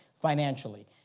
financially